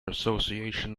association